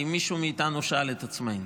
האם מישהו מאיתנו שאל את עצמו?